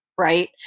Right